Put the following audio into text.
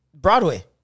Broadway